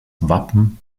wappen